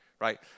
right